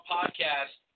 Podcast